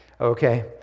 Okay